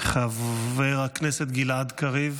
חבר הכנסת גלעד קריב,